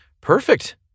Perfect